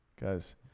guys